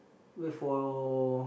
wait for